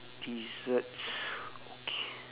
desserts okay